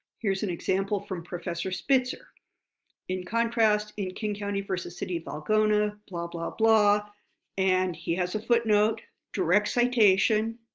here's an example from professor spitzer in contrast in king county versus city of algona blah blah blah and he has a footnote, direct citation,